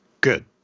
good